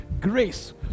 grace